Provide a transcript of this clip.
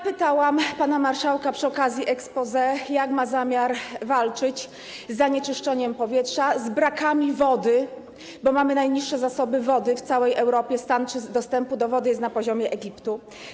Pytałam pana premiera przy okazji exposé, jak ma zamiar walczyć z zanieczyszczeniem powietrza, z brakami wody, bo mamy najniższe zasoby wody w całej Europie, stan dostępu do wody jest na poziomie Egiptu.